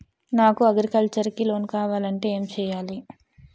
నాకు అగ్రికల్చర్ కి లోన్ కావాలంటే ఏం చేయాలి?